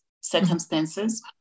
circumstances